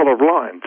colorblind